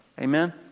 Amen